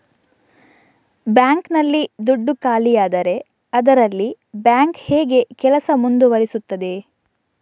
Bank ನಲ್ಲಿ ದುಡ್ಡು ಖಾಲಿಯಾದರೆ ಅದರಲ್ಲಿ ಬ್ಯಾಂಕ್ ಹೇಗೆ ಕೆಲಸ ಮುಂದುವರಿಸುತ್ತದೆ?